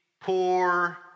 poor